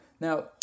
Now